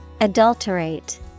Adulterate